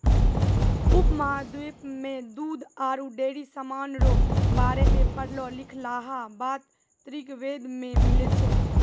उपमहाद्वीप मे दूध आरु डेयरी समान रो बारे मे पढ़लो लिखलहा बात ऋग्वेद मे मिलै छै